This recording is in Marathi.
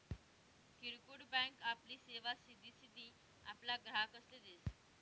किरकोड बँक आपली सेवा सिधी सिधी आपला ग्राहकसले देस